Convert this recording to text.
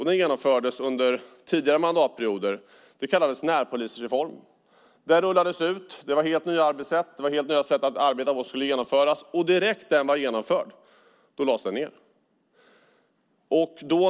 Den genomfördes under tidigare mandatperioder och kallades närpolisreformen. Den rullades ut. Det var helt nya arbetssätt som skulle genomföras. Direkt när den var genomförd lades den ned.